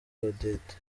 odette